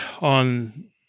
on